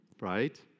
Right